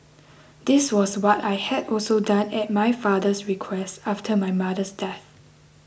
this was what I had also done at my father's request after my mother's death